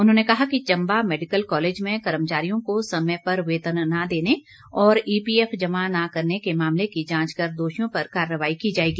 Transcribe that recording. उन्होंने कहा कि चंबा मेडिकल कालेज में कर्मचारियों को समय पर वेतन न देने और ईपीएफ जमा न करने के मामले की जांच कर दोषियों पर कार्रवाई की जाएगी